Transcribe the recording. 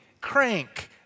crank